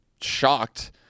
shocked